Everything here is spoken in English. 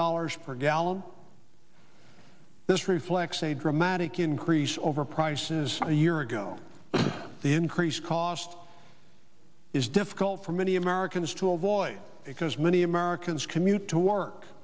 dollars per gallon this reflects a dramatic increase over prices a year ago the increased cost is difficult for many americans to avoid it because many americans commute to work